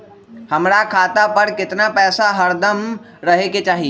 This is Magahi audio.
हमरा खाता पर केतना पैसा हरदम रहे के चाहि?